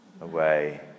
away